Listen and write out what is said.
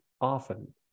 often